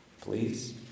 Please